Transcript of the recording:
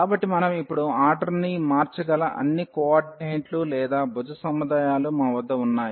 కాబట్టి మనం ఇప్పుడు ఆర్డర్ని మార్చగల అన్ని కోఆర్డినేట్లు లేదా భుజ సముదాయాలు మా వద్ద ఉన్నాయి